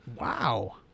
Wow